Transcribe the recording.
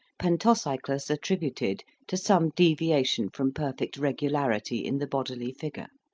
pantocyclus attributed to some deviation from perfect regularity in the bodily figure,